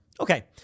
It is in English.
Okay